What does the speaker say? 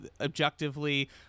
objectively